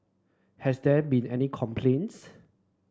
have there been any complaints